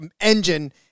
engine